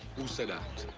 who say that?